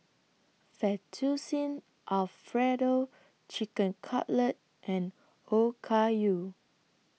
Fettuccine Alfredo Chicken Cutlet and Okayu